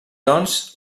doncs